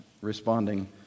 responding